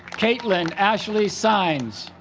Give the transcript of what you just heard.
kaitlin ashley sines